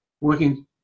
working